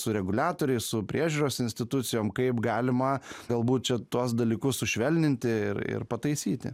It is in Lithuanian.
su reguliatoriais su priežiūros institucijom kaip galima galbūt čia tuos dalykus sušvelninti ir ir pataisyti